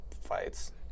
fights